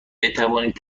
بتوانید